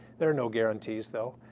there are no guarantees, though.